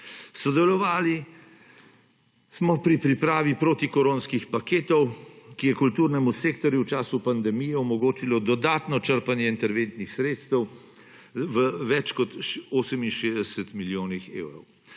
Sodelovali smo pri pripravi protikoronskih paketov, ki je kulturnemu sektorju v času pandemije omogočilo dodatno črpanje interventnih sredstev v več kot 68 milijonih evrov.